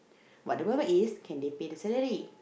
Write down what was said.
but the problem is can they pay the salary